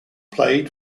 played